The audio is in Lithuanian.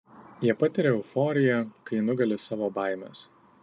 jie patiria euforiją kai nugali savo baimes